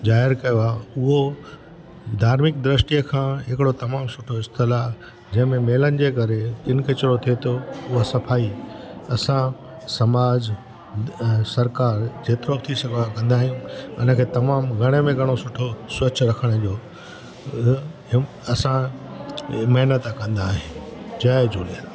ज़ाहिरु कयो आहे उहो धार्मिक दृष्टीअ खां हिकिड़ो तमामु सुठो स्थल आहे इन मेलनि जे करे किन कचिरो थिए थो ऐं सफ़ाई असां समाज सरकार जेतिरो थी सघंदो आहे कंदा आहियूं इनखे तमामु घण में घण स्वच्छ रखण जो इहो असां इहा महिनत कंदा आहियूं जय झूलेलाल